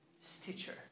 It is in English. Stitcher